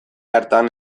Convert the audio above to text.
hartan